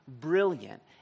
brilliant